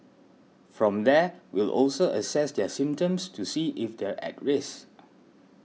from there we'll also assess their symptoms to see if they're at risk